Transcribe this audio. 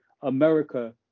America